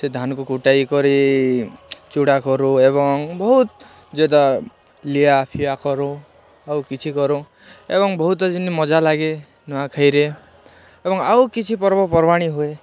ସେ ଧାନକୁ କୁଟାଇ କରି ଚୁଡ଼ା କରୁ ଏବଂ ବହୁତ ଯେଟା ଲିଆ ଫିଆ କରୁ ଆଉ କିଛି କରୁ ଏବଂ ବହୁତ ଯେମିତି ମଜା ଲାଗେ ନୂଆଖାଇରେ ଏବଂ ଆଉ କିଛି ପର୍ବ ପର୍ବାଣୀ ହୁଏ